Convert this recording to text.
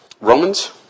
Romans